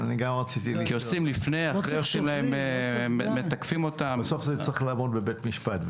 כי צריך לתקף אותן --- זה צריך לעמוד בבית משפט.